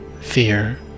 Fear